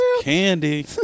Candy